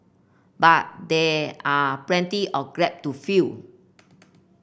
but there are plenty of grep to fill